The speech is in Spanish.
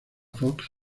fox